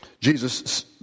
Jesus